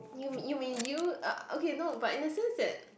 you you may you uh okay no but in the sense that